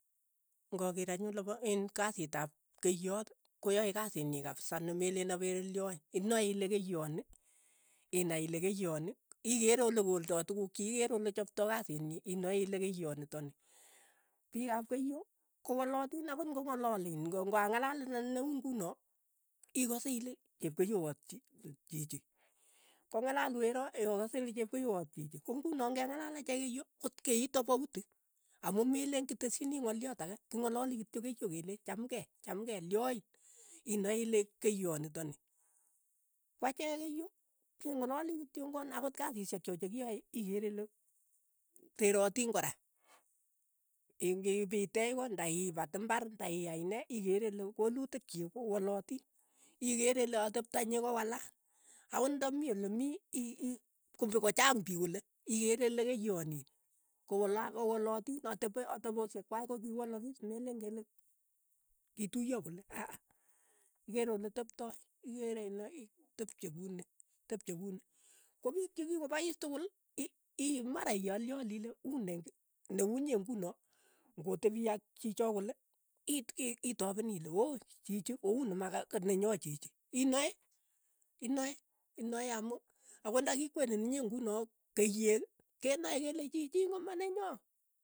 Ngakeer anyun lepo iin kasiit ap keiyoot, koyae kasiit nyi kapsa nemeleen apere lyoin, inae ile keiyoot ni, inai ile keiyot ni, ikeere olekoldoi tukuuk chiik, ikeere olechpatoi kasiit nyi inae ile keiyot nitoni, piik ap keiyo, kowalatiin ang'ot kopolaleen. ng'angalal ne- ne uu ng'uno, ikase ile chepkeyewot chi chichi, kong'alal wero eewo ikase kole chepkeyewot chichi, ko nguno ng'engalal achek keiyo, kotkei tofauti, amu meleen kitesyini ng'oliot ake, king'ololi kityo keiyo keleen chamgei, chamgei, lyoin, inae ile keiyot nitoni, kwacheek keiyo, kengalali kityongan akot kasishek cho chekiyae ikeere ile terotiin kora, ingipiteech koot nda ipaat imbar. nda iyai nee, ikeere ile kolutik chik ko walatiin, ikeere ile atepto nyii kowalat, akot nda mii ole mii ii- ii kombu kochaang piik kole ikeere ile keiyot niin, kokola walatin atepo ateposhek kwai kokiwalakiis, meleen kele kituiyo kole. aa- a, ikere oleteptai, ikere ile ii tepche kuni, tepche kuni, kopiik chikikopais tukul ii mara iyolyol ile uni neuu inye ng'uno, ng'otepi ak chichoo kole, it it itopeni ile woi, chichi ouni maka nenyo chichi, inae. inae inae amu akot nda ki kweniin inye ng'uno keiyek kenai kele chichiin ko manenyo.